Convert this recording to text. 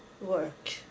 work